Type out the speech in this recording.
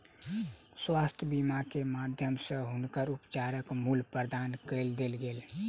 स्वास्थ्य बीमा के माध्यम सॅ हुनकर उपचारक मूल्य प्रदान कय देल गेल